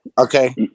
okay